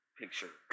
picture